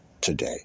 today